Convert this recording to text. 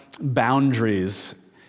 boundaries